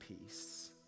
peace